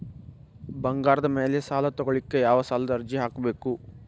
ಬಂಗಾರದ ಮ್ಯಾಲೆ ಸಾಲಾ ತಗೋಳಿಕ್ಕೆ ಯಾವ ಸಾಲದ ಅರ್ಜಿ ಹಾಕ್ಬೇಕು?